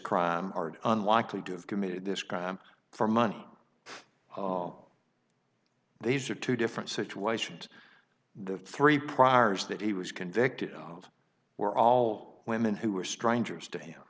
crime are unlikely to have committed this crime for money these are two different situations the three priors that he was convicted of were all women who were strangers to him